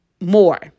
more